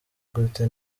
gute